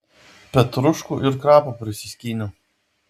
petruškų ir krapų prisiskyniau